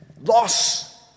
loss